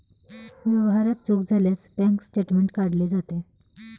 व्यवहारात चूक झाल्यास बँक स्टेटमेंट काढले जाते